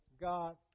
God